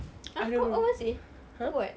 ah kau kau masih kau buat